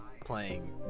playing